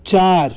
चार